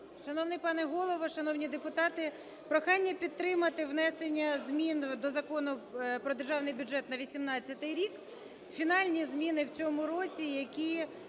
Шановний пане Голово, шановні депутати! Прохання підтримати внесення змін до Закону про Державний бюджет на 2018 рік. Фінальні зміни в цьому році, які